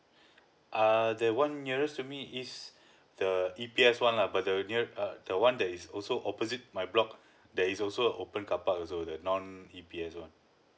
err the one nearest to me is the E_P_S one lah but the near uh the one that is also opposite my block there is also open car park also the non E_P_S one